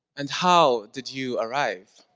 and how did you arrive?